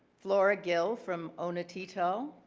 flora gill from ohne titel,